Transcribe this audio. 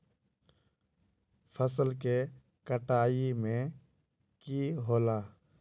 फसल के कटाई में की होला?